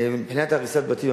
מבחינת הריסת בתים,